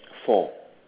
four